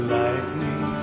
lightning